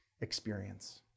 experience